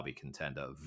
contender